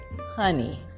honey